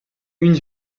une